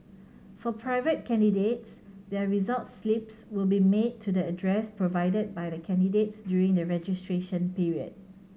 for private candidates their result slips will be mailed to the address provided by the candidates during the registration period